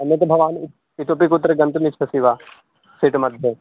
अन्यद् भवान् इतोऽपि कुत्र गन्तुमिच्छसि वा सिट् मध्ये